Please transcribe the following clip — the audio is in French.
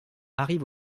arrive